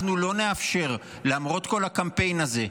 אנחנו לא נאפשר, למרות כל הקמפיין הזה,